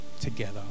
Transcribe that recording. together